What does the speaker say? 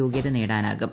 യോഗ്യത നേടാനാകും